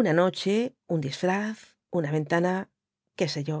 una noche un disfraz una ventana que sé yo